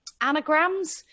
anagrams